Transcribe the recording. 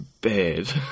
bad